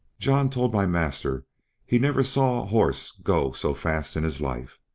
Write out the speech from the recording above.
john told my master he never saw a horse go so fast in his life.